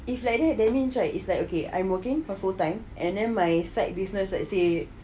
if like that means right is like okay I'm working for full time and then my side business let's say